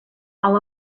all